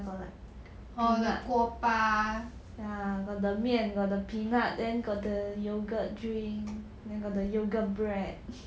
oh 锅巴